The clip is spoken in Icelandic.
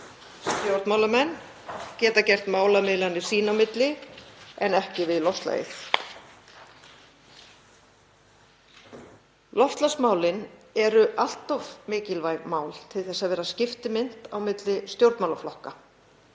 Stjórnmálamenn geta gert málamiðlanir sín á milli en ekki við loftslagið. Loftslagsmálin eru allt of mikilvæg mál til að vera skiptimynt á milli stjórnmálaflokka.